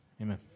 amen